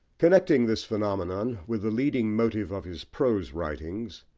connecting this phenomenon with the leading motive of his prose writings,